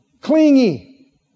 clingy